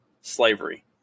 slavery